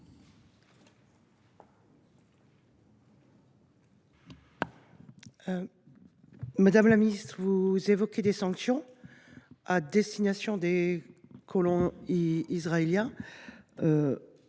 Madame la secrétaire d’État, vous évoquez des sanctions à destination des colons israéliens.